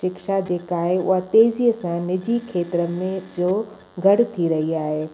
शिक्षा जेका आहे उहा तेज़ीअ सां निजी खेत्रनि में जो गढ़ थी रही आहे